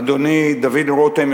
אדוני דוד רותם,